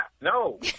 No